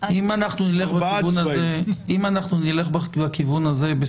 אם נלך בכיוון הזה,